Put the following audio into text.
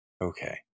Okay